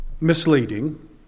misleading